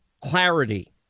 clarity